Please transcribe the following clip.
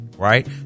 Right